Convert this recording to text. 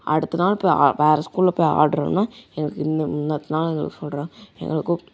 அடுத்த நாள் போய் வேறு ஸ்கூலில் போய் ஆடுறோன எங்களுக்கு இந்த இன்னத்த நாள் எங்களை சொல்கிறாங்க எங்களை கூப்பிட்டு